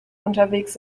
unterwegs